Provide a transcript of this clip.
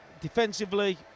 defensively